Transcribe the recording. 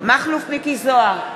מכלוף מיקי זוהר,